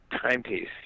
timepiece